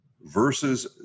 versus